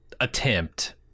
attempt